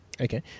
Okay